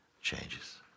changes